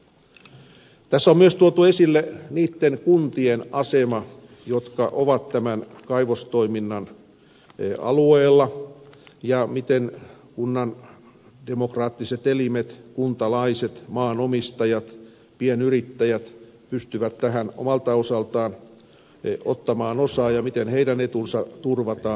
tässä on myös tuotu esille niiden kuntien asema jotka ovat tämän kaivostoiminnan alueella ja se miten kunnan demokraattiset elimet kuntalaiset maanomistajat pienyrittäjät pystyvät tähän omalta osaltaan ottamaan osaa ja miten heidän etunsa turvataan